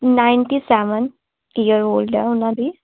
ninety seven year old ਆ ਉਹਨਾਂ ਦੀ